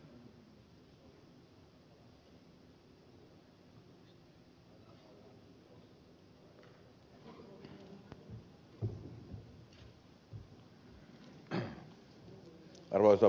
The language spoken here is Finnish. arvoisa puhemies